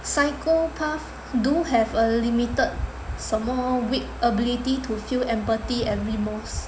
psychopath do have a limited 什么 weak ability to feel empathy and remorse